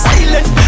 Silent